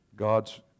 God's